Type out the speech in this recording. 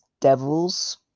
Devils